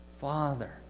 Father